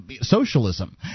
socialism